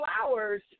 flowers